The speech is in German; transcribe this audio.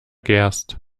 gerst